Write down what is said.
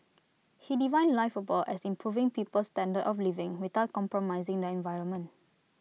he defined liveable as improving people's standard of living without compromising the environment